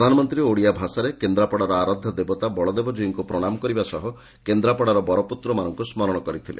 ପ୍ରଧାନମନ୍ତୀ ଓଡ଼ିଆ ଭାଷାରେ କେନ୍ଦ୍ରାପଡ଼ାର ଆରାଧ୍ୟ ଦେବତା ବଳଦେବଜୀଉଙ୍କୁ ପ୍ରଶାମ କରିବା ସହ କେନ୍ଦ୍ରାପଡ଼ାର ବରପୁତ୍ରମାନଙ୍କୁ ସ୍କରଶ କରିଥିଲେ